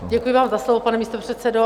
Děkuji vám za slovo, pane místopředsedo.